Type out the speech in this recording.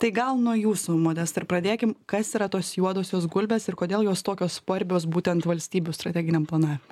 tai gal nuo jūsų modesta ir pradėkim kas yra tos juodosios gulbės ir kodėl jos tokios svarbios būtent valstybių strateginiam planavimui